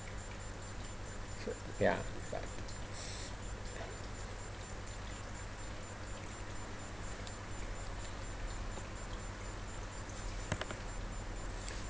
ya